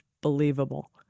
believable